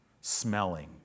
smelling